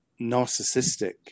narcissistic